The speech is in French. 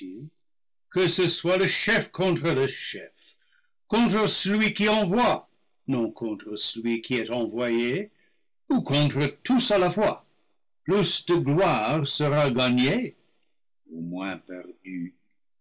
que ce soit le chef contre le chef contre celui qui envoie non contre celui qui est envoyé ou contre tous à la fois plus de gloire sera gagnée ou moins perdue